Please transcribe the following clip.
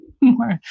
more